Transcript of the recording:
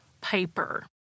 Piper